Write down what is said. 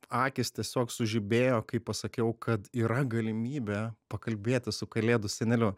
akys tiesiog sužibėjo kai pasakiau kad yra galimybė pakalbėti su kalėdų seneliu